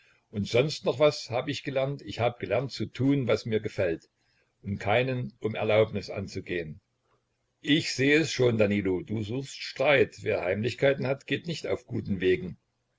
und sonst noch was hab ich gelernt ich hab gelernt zu tun was mir gefällt und keinen um erlaubnis anzugehn ich seh es schon danilo du suchst streit wer heimlichkeiten hat geht nicht auf guten wegen